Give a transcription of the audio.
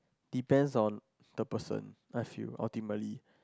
depends on the person I feel ultimately